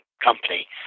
company